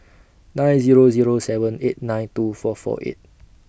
nine Zero Zero seven eight nine two four four eight